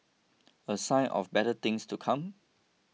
a sign of better things to come